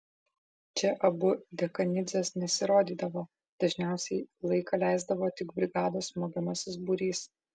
čia abu dekanidzės nesirodydavo dažniausiai laiką leisdavo tik brigados smogiamasis būrys